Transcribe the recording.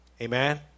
Amen